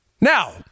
Now